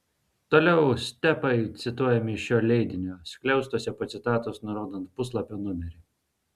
toliau stepai cituojami iš šio leidinio skliaustuose po citatos nurodant puslapio numerį